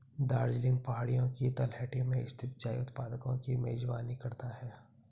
दार्जिलिंग पहाड़ियों की तलहटी में स्थित चाय उत्पादकों की मेजबानी करता है